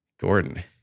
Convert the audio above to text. Gordon